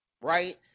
right